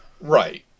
Right